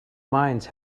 mines